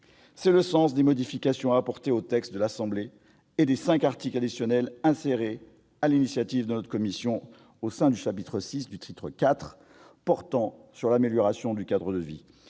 C'est le sens des modifications apportées au texte de l'Assemblée nationale et des cinq articles additionnels insérés sur l'initiative de notre commission au sein du chapitre VI du titre IV portant sur l'amélioration du cadre de vie,